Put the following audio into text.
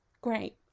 Great